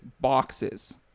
boxes